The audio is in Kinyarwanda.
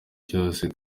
cyose